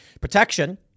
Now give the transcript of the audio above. protection